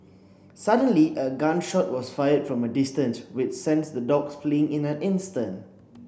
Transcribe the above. suddenly a gun shot was fired from a distance which sent the dogs fleeing in an instant